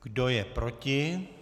Kdo je proti?